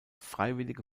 freiwillige